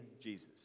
Jesus